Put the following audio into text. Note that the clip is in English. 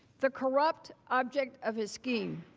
the corrupt object of his scheme,